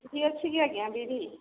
ବିରି ଅଛିକି ଆଜ୍ଞା ବିରି